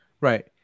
right